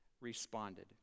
responded